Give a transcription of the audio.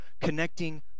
connecting